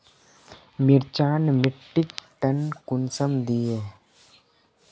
मिर्चान मिट्टीक टन कुंसम दिए?